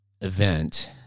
event